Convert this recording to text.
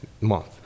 month